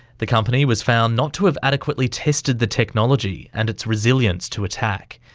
the company was found not to have adequately tested the technology and its resilience to attack,